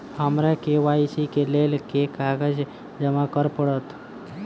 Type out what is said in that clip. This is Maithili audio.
हमरा के.वाई.सी केँ लेल केँ कागज जमा करऽ पड़त?